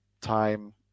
time